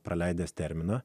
praleidęs terminą